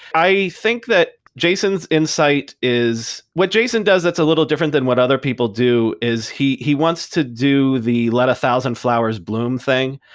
i think that jason's insight is what jason does that's a little different than what other people do is he he wants to do the let a thousand flowers bloom thing.